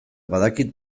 badakit